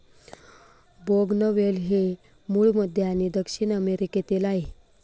बोगनवेल हे मूळ मध्य आणि दक्षिण अमेरिकेतील आहे